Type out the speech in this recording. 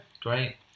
great